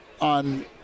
on